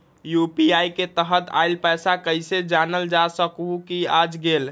UPI के तहत आइल पैसा कईसे जानल जा सकहु की आ गेल?